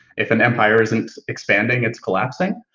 if an empire isn't expanding, it's collapsing.